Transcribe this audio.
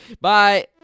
Bye